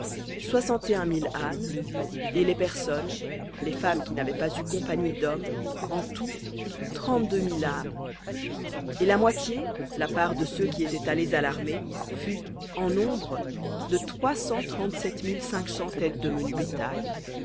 mille ânes et les personnes les femmes qui n'avaient pas eu compagnie d'homme en tout trente-deux mille âmes et la moitié la part de ceux qui étaient allés à l'armée fut en nombre de trois cent trente-sept mille cinq cents menu bétail